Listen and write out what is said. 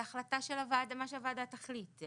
זו החלטת הוועדה, מה שהוועדה תחליט.